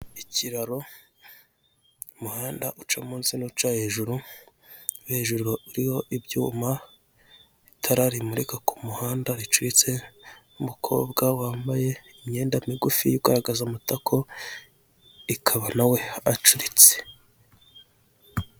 Ikiraro umuhanda uca munsi n'uca hejuru, hejuru uriho ibyuma itara rimurika ku muhanda ricuritse, umukobwa wambaye imyenda migufi igaragaza amatako ikaba nawe acuritse.